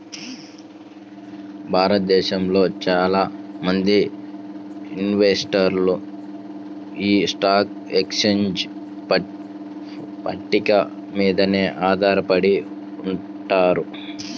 భారతదేశంలో చాలా మంది ఇన్వెస్టర్లు యీ స్టాక్ ఎక్స్చేంజ్ పట్టిక మీదనే ఆధారపడి ఉంటారు